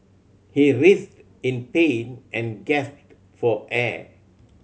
he writhed in pain and gasped for air